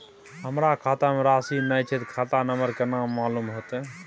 हमरा खाता में राशि ने छै ते खाता नंबर केना मालूम होते?